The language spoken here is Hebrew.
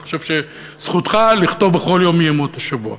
אני חושב שזכותך לכתוב בכל יום מימות השבוע.